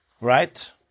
right